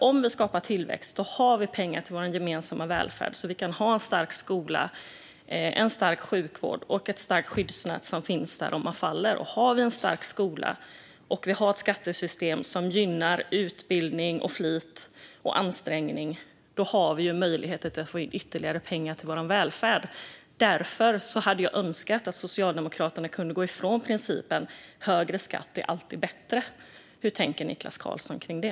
Om vi skapar tillväxt har vi pengar till vår gemensamma välfärd så att vi kan ha en stark skola och sjukvård och ett starkt skyddsnät som finns där om man faller. Om vi har en stark skola och ett skattesystem som gynnar utbildning, flit och ansträngning har vi möjlighet att få in ytterligare pengar till vår välfärd. Därför hade jag hoppats att Socialdemokraterna kunde gå ifrån principen att högre skatt alltid är bättre. Hur tänker Niklas Karlsson kring det?